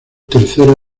tercero